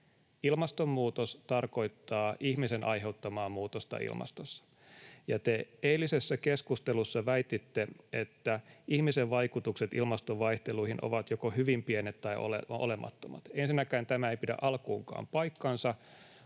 Ilmastonmuutos tarkoittaa ihmisen aiheuttamaa muutosta ilmastossa, ja te eilisessä keskustelussa väititte, että ihmisen vaikutukset ilmaston vaihteluihin ovat joko hyvin pienet tai olemattomat. Ensinnäkään tämä ei pidä alkuunkaan paikkaansa,